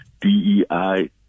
DEI